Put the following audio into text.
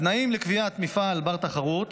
התנאים לקביעת מפעל בר-תחרות